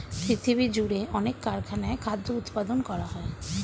পৃথিবীজুড়ে অনেক কারখানায় খাদ্য উৎপাদন করা হয়